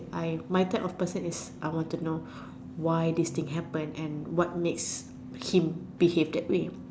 I my type of person is I want to know why this thing happened and what makes him behave that way